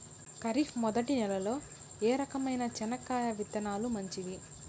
ఖరీఫ్ మొదటి నెల లో ఏ రకమైన చెనక్కాయ విత్తనాలు మంచివి